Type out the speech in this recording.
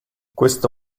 questo